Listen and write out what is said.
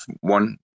one